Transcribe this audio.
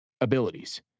abilities